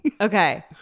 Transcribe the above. Okay